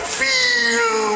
feel